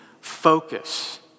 focus